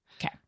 Okay